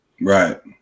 Right